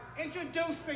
introducing